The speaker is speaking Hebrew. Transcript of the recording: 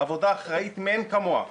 עבודה אחראית מאין כמוה.